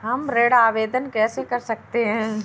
हम ऋण आवेदन कैसे कर सकते हैं?